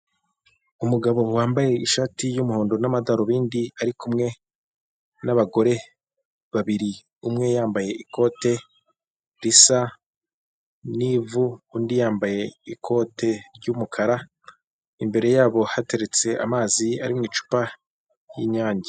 Umugabo wambaye ishati y'umuhondo n'amadarubindi ari kumwe n'abagore babiri. Umwe yambaye ikote risa n'ivu, undi yambaye ikote ry'umukara, imbere yabo hateretse amazi ari mu icupa ry'inyange.